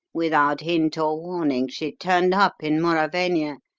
without hint or warning she turned up in mauravania,